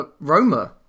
Roma